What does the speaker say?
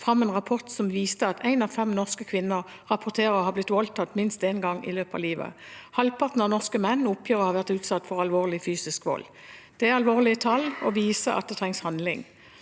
frem en rapport som viste at én av fem norske kvinner rapporterer å ha blitt voldtatt minst én gang i løpet av livet. Halvparten av norske menn oppgir å ha vært utsatt for alvorlig fysisk vold. Det er alvorlige tall og viser at vi må ha handling.